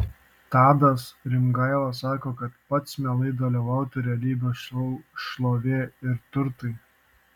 tadas rimgaila sako kad pats mielai dalyvautų realybės šou šlovė ir turtai